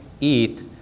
eat